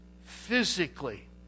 physically